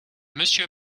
monsieur